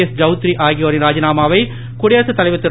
S Chaudhary ஆகியோரின் ராஜினாமாவை குடியரசுத் தலைவர் திரு